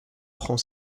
prend